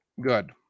good